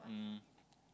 um